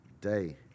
day